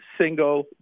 single